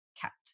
kept